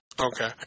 Okay